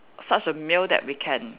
such a meal that we can